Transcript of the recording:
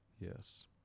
Yes